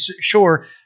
sure